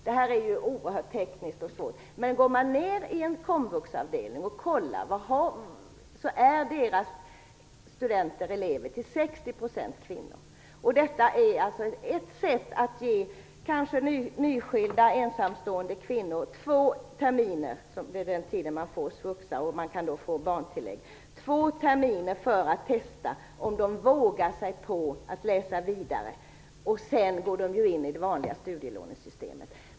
Det här är oerhört tekniskt och svårt, men går man in i en komvuxavdelning och kollar ser man att deras studenter och elever till 60 % är kvinnor. Detta är alltså ett sätt att ge kanske nyskilda ensamstående kvinnor två terminer - det är den tid man får SVUXA, och man kan då få barntillägg - för att testa om de vågar sig på att läsa vidare. Sedan går de ju in i det vanliga studielånesystemet.